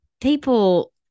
people